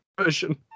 version